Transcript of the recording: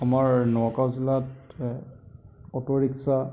আমাৰ নগাঁও জিলাত auto rickshaw